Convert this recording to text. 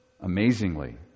Amazingly